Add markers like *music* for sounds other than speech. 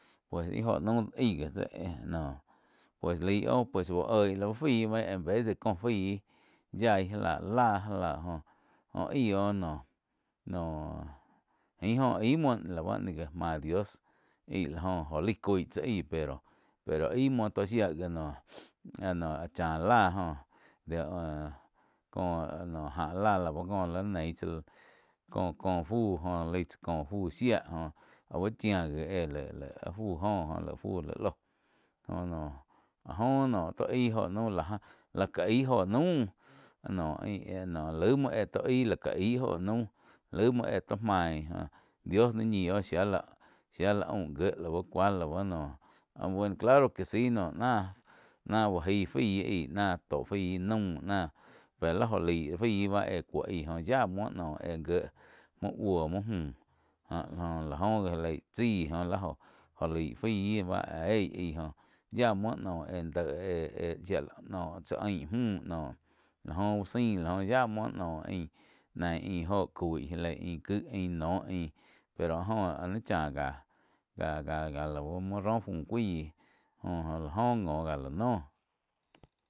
Pues íh jóh naum aí ji tsé noh pues laig óh uh oig lau fái aih en vez de kó fái yaih já lah láh, já lah jh-joh aig oh noh jain oh aim muo la báh ni gá máh dios aíh la joh. Joh laih coi tsá aí pero aí muoh tó shía ja noh, áh noh chá láh joh *hesitation* ko jáh láh có li nein tsáh có-có fuh jo lai tsá co fu shía joh aú chía ngi le-le ah fu joh, joh laig fu laih lóh jho noh áh jo tó aíh jho naum láh jain lá ká aí óho naum *hesitation* laum muo éh tó aih cá aig óho naum laih muoh éh tó main dios naíh ñi oh shía lah, shia la aum gié lau cuá lau noh áh bue claro que si náh uh gaí faí aíh náh tóh fái naum nah pe ba óh laig fai bá éh cuo joh yah muo noh éh gié, muo buo muo mgu, jo la oh gi já leih chái oh jó laig fái éih aí yá muo noh éh-éh-éh shía tsá ain müh lá jo uh sain ya muoh nóh ain nain ain óho já lei ain ki ain noh ain pero joh áh nai cháh jáh-jáh lau muo róh fu cuaí jho áh jho ngo ká la noh.